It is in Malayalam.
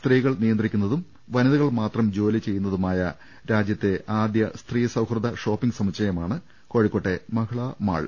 സ്ത്രീകൾ നിയന്ത്രിക്കുന്നതും വനിതകൾ മാത്രം ജോലി ചെയ്യുന്നതുമായ രാജ്യത്തെ ആദ്യ സ്ത്രീ സൌഹൃദ ഷോപ്പിങ്ങ് സമുച്ചയമാണ് കോഴി ക്കോട്ടെ മഹിളാ മാൾ